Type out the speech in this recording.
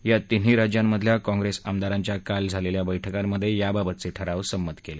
या तीन्ही राज्यांमधल्या काँप्रेस आमदारांच्या काल झालेल्या बैठकांमध्ये याबाबतचे ठराव संमत केले